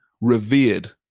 Revered